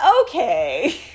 okay